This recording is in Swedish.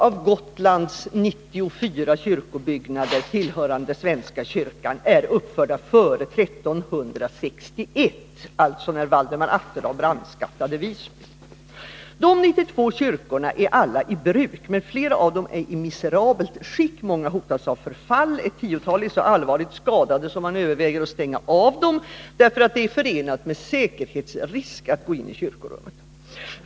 Av Gotlands 94 kyrkobyggnader tillhörande svenska kyrkan är 92 uppförda före 1361 — alltså det år då Valdemar Atterdag brandskattade Visby. De 92 kyrkorna är alla i bruk, men flera av dem är i miserabelt skick, och många hotas av förfall. Ett tiotal är så allvarligt skadade att man överväger att stänga av dem — det är förenat med säkerhetsrisk att gå in i kyrkorummet.